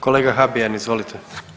Kolega Habijan, izvolite.